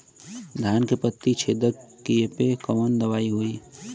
धान के पत्ती छेदक कियेपे कवन दवाई होई?